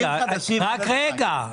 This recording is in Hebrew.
רק רגע.